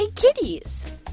Kitties